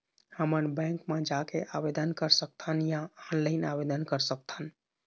हमन बैंक मा जाके आवेदन कर सकथन या ऑनलाइन आवेदन कर सकथन?